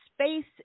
space